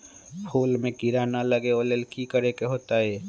फूल में किरा ना लगे ओ लेल कि करे के होतई?